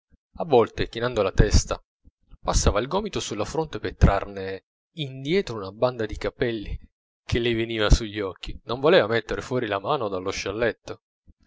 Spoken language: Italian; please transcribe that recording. a volte chinando la testa passava il gomito sulla fronte per trarne indietro una banda di capelli che le veniva sugli occhi non voleva metter fuori la mano dallo scialletto